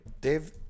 Dave